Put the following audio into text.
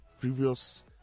previous